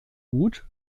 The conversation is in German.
gut